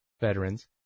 veterans